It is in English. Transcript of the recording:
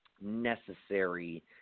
necessary